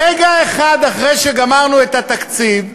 רגע אחד אחרי שגמרנו את התקציב,